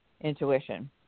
intuition